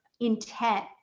intent